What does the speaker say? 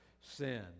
sin